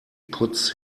puts